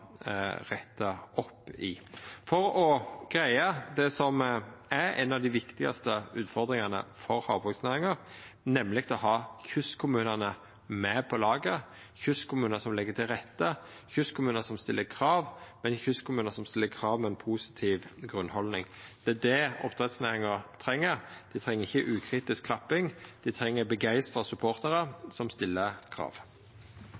retta opp i for å greia det som er ei av dei viktigaste utfordringane for havbruksnæringa, nemleg å ha kystkommunane med på laget, kystkommunar som legg til rette, kystkommunar som stiller krav, men kystkommunar som stiller krav med ei positiv grunnholdning. Det er det oppdrettsnæringa treng. Dei treng ikkje ukritisk klapping, dei treng begeistra supporterar som stiller krav.